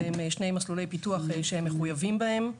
זה שני מסלולי פיתוח שהם מחויבים בהם.